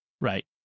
Right